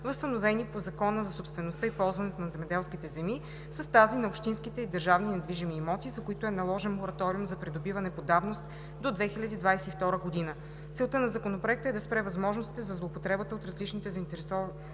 възстановени по Закона за собствеността и ползването на земеделските земи, с тази на общинските и държавни недвижими имоти, за които е наложен мораториум за придобиване по давност до 2022 г. Целта на Законопроекта е да спре възможностите за злоупотребата от различни заинтересовани